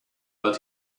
but